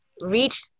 reach